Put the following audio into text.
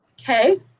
okay